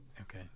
okay